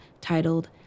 titled